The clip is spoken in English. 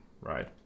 Right